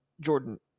Jordan